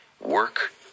work